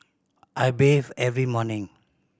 I bathe every morning